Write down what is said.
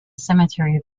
cemetery